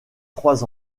trois